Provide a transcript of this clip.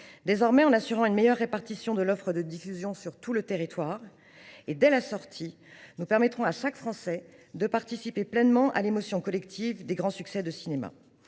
monde. En assurant une meilleure répartition de l’offre de diffusion sur tout le territoire et dès la sortie, nous permettrons à chaque Français de participer pleinement à l’émotion collective des grands succès au cinéma.